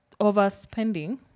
Overspending